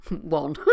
one